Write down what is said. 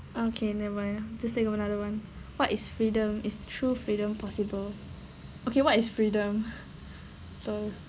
okay never mind just take another one what is freedom is true freedom possible okay what is freedom though